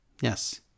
yes